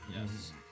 Yes